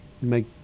make